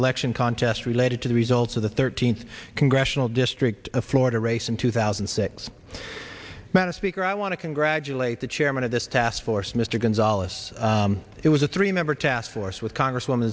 election contest related to the results of the thirteenth congressional district of florida race in two thousand and six met a speaker i want to congratulate the chairman of this task force mr gonzales it was a three member task force with congresswoman